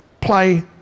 play